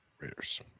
Raiders